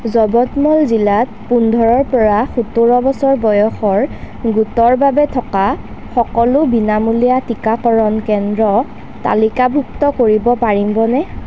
যৱতমল জিলাত পোন্ধৰৰ পৰা সোতৰ বছৰ বয়সৰ গোটৰ বাবে থকা সকলো বিনামূলীয়া টীকাকৰণ কেন্দ্ৰ তালিকাভুক্ত কৰিব পাৰিবনে